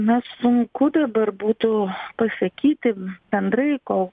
na sunku dabar būtų pasakyti bendrai ko